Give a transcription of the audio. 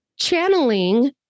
Channeling